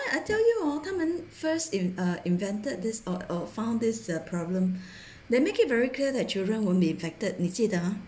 but I tell you hor 他们 first in~ uh invented this uh found this the problem they make it very clear that children won't be infected 你记得吗